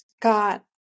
got